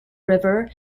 river